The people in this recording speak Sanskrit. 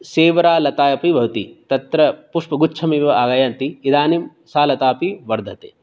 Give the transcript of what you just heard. सीवरालता अपि भवति तत्र पुष्पगुच्छमिव आयाति इदानीं सा लता अपि वर्धते